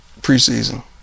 preseason